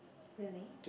really